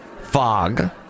Fog